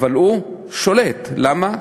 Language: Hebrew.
אבל הוא שולט, למה?